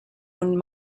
own